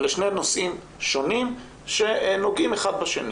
אלה שני נושאים שונים שנוגעים אחד בשני.